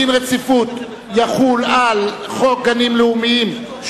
להחיל דין רציפות על הצעת חוק גנים לאומיים,